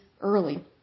early